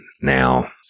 now